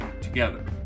together